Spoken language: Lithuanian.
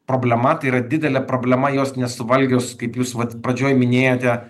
problema tai yra didelė problema jos nesuvalgius kaip jūs vat pradžioj minėjote